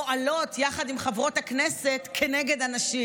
פועלות יחד עם חברות הכנסת כנגד הנשים.